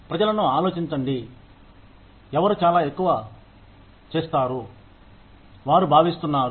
ప్రజలను ఆలోచించండి ఎవరు చాలా ఎక్కువ చేస్తారు వారు భావిస్తున్నారు